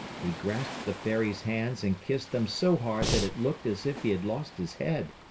he grasped the fairy's hands and kissed them so hard that it looked as if he had lost his head.